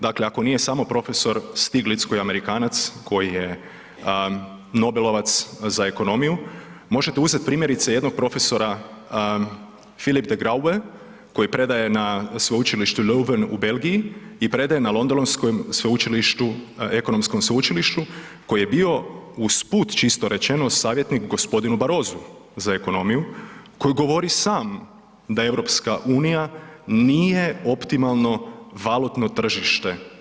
Dakle, ako nije samo profesor Stiglic koji je Amerikanac, koji je nobelovac za ekonomiju, možete uzeti primjerice, jednog profesora Filip De Grauwe koji predaje na sveučilištu Leuven u Belgiji i predaje na londonskom sveučilištu, ekonomskom sveučilištu, koji je bio, usput, čisto rečeno, savjetniku g. Barozu za ekonomiju koji govori sam da EU nije optimalno valutno tržište.